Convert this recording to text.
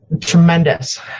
tremendous